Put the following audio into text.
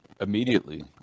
immediately